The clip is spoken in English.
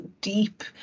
deep